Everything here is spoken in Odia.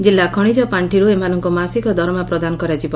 କିଲ୍ଲା ଖଶିକ ପାଶ୍ବିରୁ ଏମାନଙ୍କୁ ମାସିକ ଦରମା ପ୍ରଦାନ କରାଯିବ